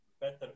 better